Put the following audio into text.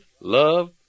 love